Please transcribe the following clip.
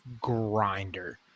grinder